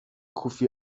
کوفی